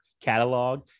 catalog